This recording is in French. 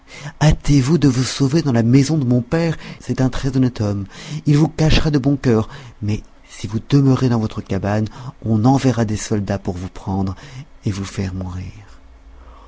vous de vous sauver dans la maison de mon père c'est un très honnête homme il vous cachera de bon cœur car si vous demeurez dans votre cabane on enverra des soldats pour vous prendre et vous faire mourir